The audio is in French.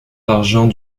d’argent